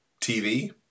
TV